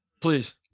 Please